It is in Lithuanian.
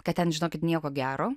kad ten žinokit nieko gero